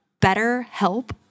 BetterHelp